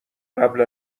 قبل